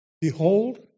Behold